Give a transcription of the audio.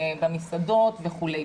במסעדות וכולי.